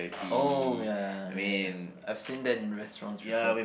oh ya ya ya I've seen them in restaurants before